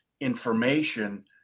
information